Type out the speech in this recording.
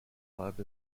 club